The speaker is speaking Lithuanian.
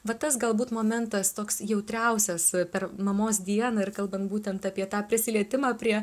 vat tas galbūt momentas toks jautriausias per mamos dieną ir kalbant būtent apie tą prisilietimą prie